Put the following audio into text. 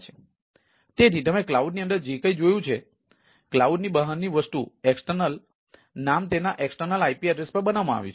તેથી તમે ક્લાઉડની અંદર જે કંઈ જોયું છે કલાઉડ ની બહારની વસ્તુ એક્સટર્નલ નામ તેના એક્સટર્નલ આઇપી એડ્રેસ પર બનાવવામાં આવ્યું છે